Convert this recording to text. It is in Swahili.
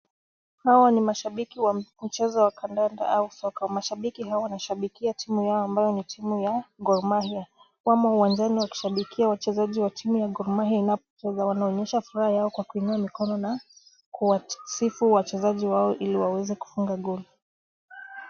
Hawa ni mashabiki wa mpira wa kandanda au soka. Mashabiki hao wanashabikia timu yao ambayo ni timu ya Gor Mahia. Wamo uwanjani wakishabikia wachezji wa timu ya Gor Mahia inapocheza. Wanaonyesha furaha yao kwa kuinua mikono na kusifu wachezji wao ili waweze kucheza goli.